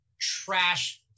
trash